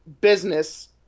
business